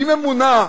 היא ממונה,